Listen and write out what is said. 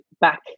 back